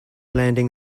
landing